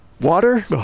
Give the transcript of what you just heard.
water